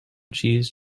cheese